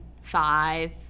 five